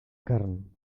carn